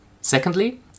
Secondly